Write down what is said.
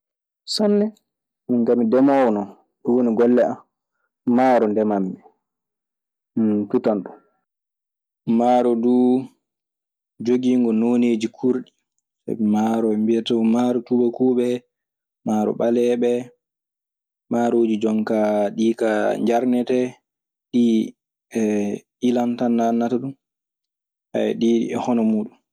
Sanne, nga mi demoowo non ɗun woni golle an. Maaro ndeman mi. mi tutan tan. Maaro duu jogiingo nooneeji kuurɗi. Sabi maaro ɓe mbiyata ɗun maaro tuubakuuɓe, maaro ɓaleeɓe. Maarooji jon kaa njarnete, ɗii ilan tan naannata ɗun. ɗii e hono muuɗun tawetee neɗɗo remata. Jon kaa banngal ɓiɓɓe leɗɗe kaa, tutugol muuɗun, ɗun heewaa.